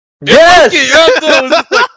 Yes